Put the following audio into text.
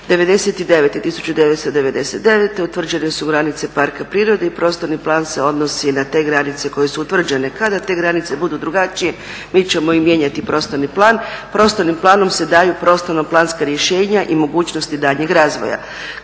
1999. utvrđene su granice parka prirode i prostorni plan se odnosi na te granice koje su utvrđene. Kada te granice budu drugačije mi ćemo i mijenjati prostorni plan. Prostornim planom se daju prostorno planska rješenja i mogućnosti daljnjeg razvoja.